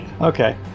Okay